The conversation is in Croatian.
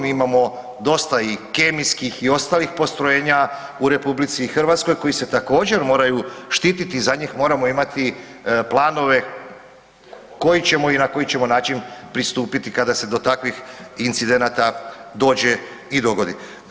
Imamo dosta i kemijskih i ostalih postrojenja u RH koji se također moraju štititi i za njih moramo imati planove koji ćemo i na koji ćemo način pristupiti kada se do takvih incidenata dođe i dogodi.